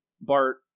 bart